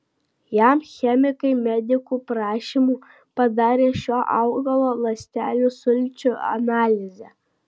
jam chemikai medikų prašymu padarė šio augalo ląstelių sulčių analizę